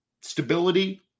stability